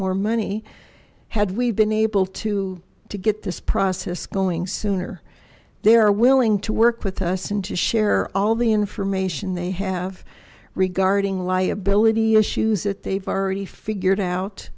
more money had we been able to to get this process going sooner they're willing to work with us and to share all the information they have regarding liability issues that they've already figured out